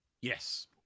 Yes